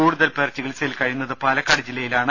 കൂടുതൽ പേർ ചികിത്സയിൽ കഴിയുന്നത് പാലക്കാട് ജില്ലയിലാണ്